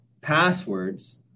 passwords